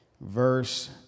verse